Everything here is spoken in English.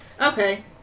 okay